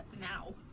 Now